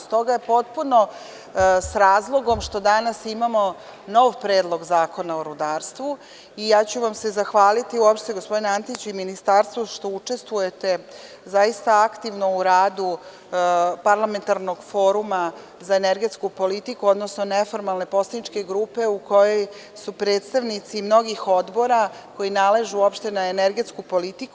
Stoga je potpuno s razlogom što danas imamo nov Predlog zakona o rudarstvu i ja ću vam se zahvaliti uopšte gospodine Antiću i ministarstvu što učestvujete zaista aktivno u radu parlamentarnog foruma za energetsku politiku, odnosno neformalne poslaničke grupe u kojoj su predstavnici mnogih odbora koji nalažu uopšte na energetsku politiku.